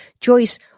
Joyce